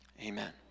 Amen